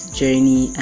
journey